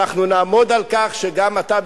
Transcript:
אנחנו נעמוד על כך שגם אתה,